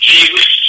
Jesus